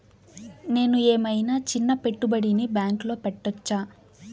నేను ఏమయినా చిన్న పెట్టుబడిని బ్యాంక్లో పెట్టచ్చా?